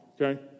okay